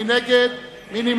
מי נגד?